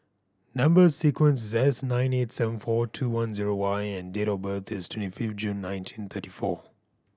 number sequence S nine eight seven four two one zero Y and date of birth is twenty fifth June nineteen thirty four